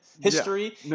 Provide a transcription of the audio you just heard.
History